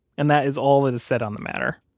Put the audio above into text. and that is all that is said on the matter,